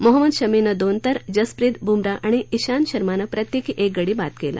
मोहम्मद शमीनं दोन तर जसप्रित ब्र्मराह आणि श्रीांत शर्मानं प्रत्येकी एक गडी बाद केला